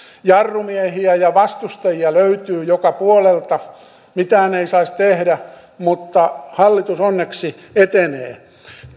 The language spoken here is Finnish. jarrumiehiä ja vastustajia löytyy joka puolelta ja mitään ei saisi tehdä mutta hallitus onneksi etenee